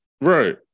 Right